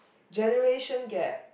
generation gap